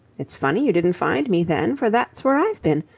it's funny you didn't find me, then, for that's where i've been.